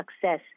success